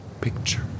picture